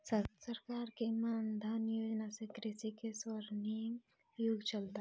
सरकार के मान धन योजना से कृषि के स्वर्णिम युग चलता